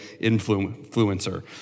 influencer